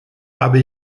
habe